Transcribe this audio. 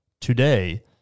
Today